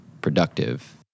productive